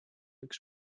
üks